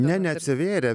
ne neatsivėrė